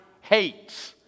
hates